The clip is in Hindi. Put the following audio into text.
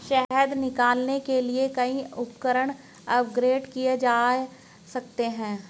शहद निकालने के लिए कई उपकरण अपग्रेड किए जा सकते हैं